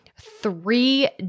three